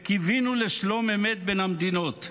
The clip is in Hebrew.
וקיווינו לשלום אמת בין המדינות.